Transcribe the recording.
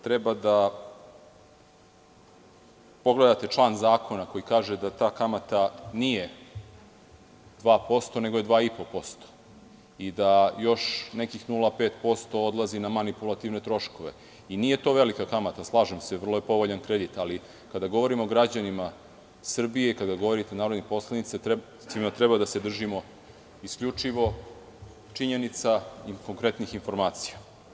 Treba da pogledate član zakona koji kaže da ta kamata nije 2%, nego je 2,5% i da još nekih 0,5% odlazi na manipulativne troškove i nije to velika kamata, slažem se, vrlo je povoljan kredit, ali kada govorimo građanima Srbije, kada govorite narodnim poslanicima, treba da se držimo isključivo činjenica i konkretnih informacija.